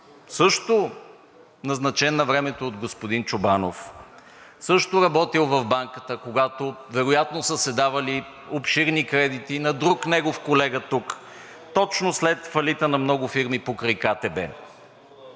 Спасов, назначен навремето от господин Чобанов, също работил в Банката, когато вероятно са се давали обширни кредити на друг негов колега тук, точно след фалита на много фирми покрай КТБ.